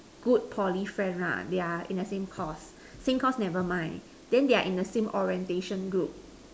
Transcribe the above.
good Poly friend lah they are in the same course same course never mind then they are in the same orientation group